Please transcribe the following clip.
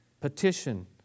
petition